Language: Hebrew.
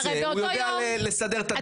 הוא יודע לסדר את הדברים,